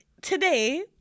today